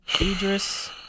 Idris